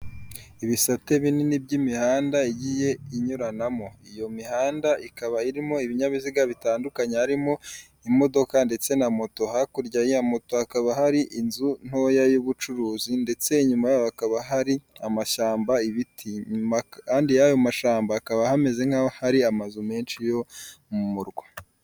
Ibisate binini by'imihanda igiye inyuranamo, iyo mihanda ikaba irimo ibinyabiziga bitandukanye, harimo imodoka ndetse na moto, hakurya ya moto hakaba hari inzu ntoya y'ubucuruzi, ndetse inyuma hakaba hari amashyamba, ibiti, inyuma kandi yayo mashyamba hakaba hameze nk'aho hari amazu menshi yo mu murwa.